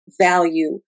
value